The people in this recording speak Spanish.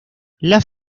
las